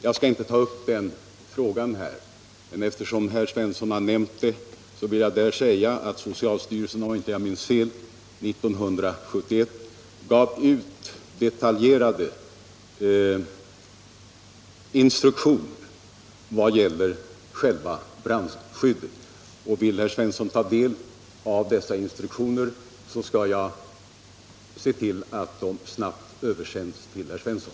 Jag skall inte ta upp den frågan här, men eftersom herr Svensson nämnde den händelsen vill jag säga att socialstyrelsen år 1971 — om jag inte minns fel — gav ut detaljerade anvisningar om brandskyddet. Vill herr Svensson ta del av dessa anvisningar, skall jag se till att de snabbt översänds till herr Svensson.